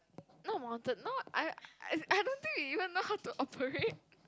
not mountain no I I I don't think you even know how to operate